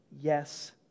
yes